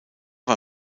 war